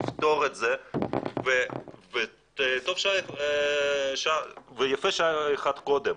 לפתור את זה ויפה שעה אחת קודם.